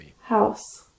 house